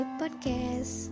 podcast